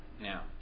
Now